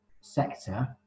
sector